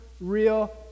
real